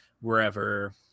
wherever